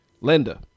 Linda